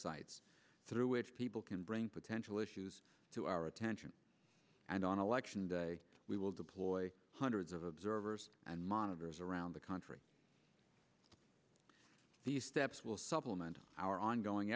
sites through which people can bring potential issues to our attention and on election day we will deploy hundreds of observers and monitors around the country these steps will supplement our ongoing